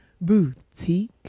Boutique